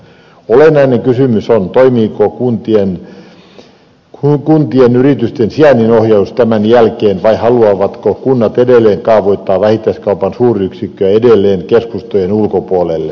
olennainen kysymys on toimiiko kuntien yritysten sijainninohjaus tämän jälkeen vai haluavatko kunnat edelleen kaavoittaa vähittäiskaupan suuryksikköjä keskustojen ulkopuolelle